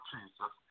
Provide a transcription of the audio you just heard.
Jesus